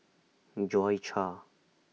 Joi Chua